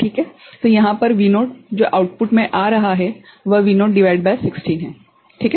तो यहाँ पर V0 जो आउटपुट में आ रहा है वह V0 भागित16 है क्या यह स्पष्ट है